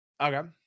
okay